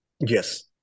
Yes